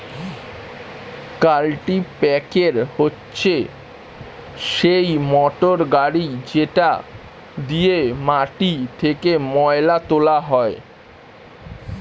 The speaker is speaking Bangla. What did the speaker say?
কাল্টিপ্যাকের হচ্ছে সেই মোটর গাড়ি যেটা দিয়ে মাটি থেকে ময়লা তোলা হয়